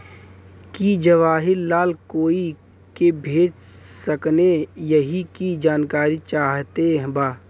की जवाहिर लाल कोई के भेज सकने यही की जानकारी चाहते बा?